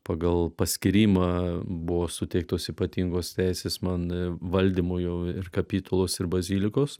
pagal paskyrimą buvo suteiktos ypatingos teisės man valdymo jau ir kapitulos ir bazilikos